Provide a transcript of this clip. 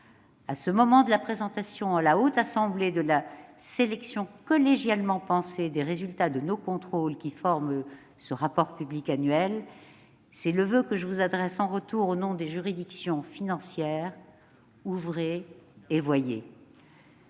à ce moment de la présentation à la Haute Assemblée de la sélection collégialement pensée des résultats de nos contrôles qui forment ce rapport public annuel, c'est le voeu que je vous adresse en retour au nom des juridictions financières : ouvrez et voyez.